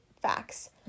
Facts